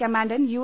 commandant U